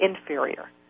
inferior